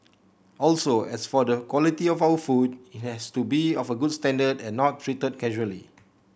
also as for the quality of our food it has to be of a good standard and not treated casually